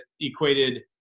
equated